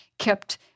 kept